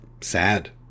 sad